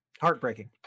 heartbreaking